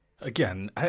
Again